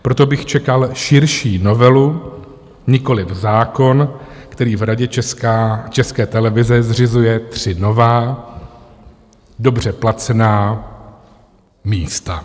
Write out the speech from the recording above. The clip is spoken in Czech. Proto bych čekal širší novelu, nikoliv zákon, který v Radě České televize zřizuje tři nová, dobře placená místa.